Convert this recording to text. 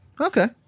okay